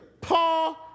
Paul